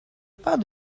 pas